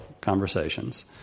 conversations